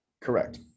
Correct